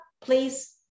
please